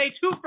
two